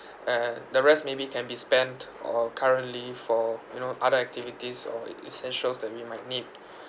and the rest maybe can be spent or currently for you know other activities or e~ essentials that we might need